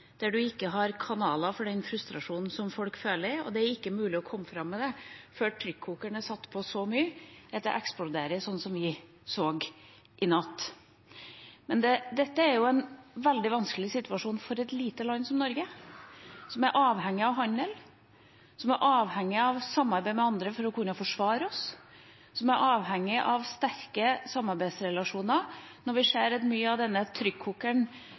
kanaler for den frustrasjonen som folk føler, og det ikke er mulig å komme fram med den før trykkokeren er satt på så mye at det eksploderer, slik vi så i natt. Det er en veldig vanskelig situasjon for et lite land som Norge – som er avhengig av handel, som er avhengig av samarbeid med andre for å kunne forsvare seg, og som er avhengig av sterke samarbeidsrelasjoner – når vi ser at